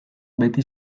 beti